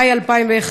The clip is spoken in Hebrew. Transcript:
מאי 2001,